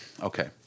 okay